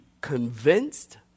convinced